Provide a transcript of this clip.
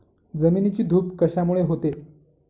जमिनीची धूप कशामुळे होते?